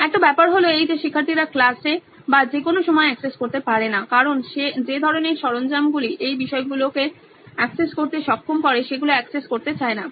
একটা ব্যাপার হলো এই যে শিক্ষার্থীরা ক্লাসে বা যে কোনো সময়ে অ্যাক্সেস করতে পারে না কারণ যে ধরনের সরঞ্জামগুলি এই বিষয়বস্তুগুলোকে অ্যাক্সেস করতে সক্ষম করে সেগুলো অ্যাক্সেস করতে চায় না